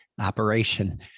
operation